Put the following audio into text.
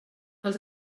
els